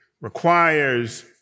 requires